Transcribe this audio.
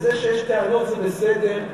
וזה שיש טענות, זה בסדר.